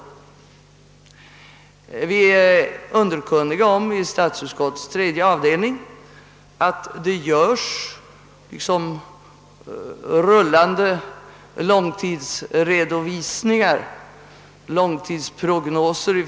Vi är inom statsutskottets tredje avdelning underkunniga om att rikspolisstyrelsen i form av rullande redovisningar uppställer långtidsprognoser.